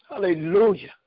Hallelujah